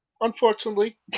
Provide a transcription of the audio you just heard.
unfortunately